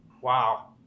Wow